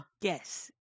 Yes